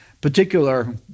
particular